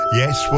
yes